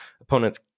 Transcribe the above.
opponents